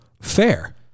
Fair